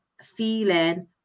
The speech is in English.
feeling